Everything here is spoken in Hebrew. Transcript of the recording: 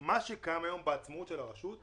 שמה שקיים היום בעצמאות של הרשות,